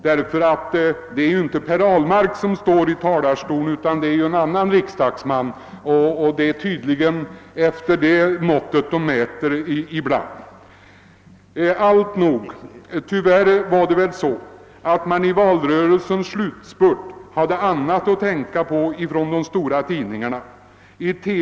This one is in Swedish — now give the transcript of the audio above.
Men det är ju inte Per Ahlmark som står i talarstolen utan en annan riksdagsman — det är tydligen med det måttet man mäter ibland. Alltnog var det väl tyvärr så att man i valrörelsens slutspurt hade annat att tänka på inom de stora tidningarna än detta.